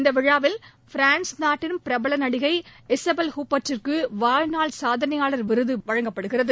இந்த விழாவில் பிரான்ஸ் நாட்டின் பிரபல நடிகை இசபெல் ஹூப்பொ்ட் க்கு வாழ்நாள் சாதனையாளா் விருது வழங்கப்படுகிறது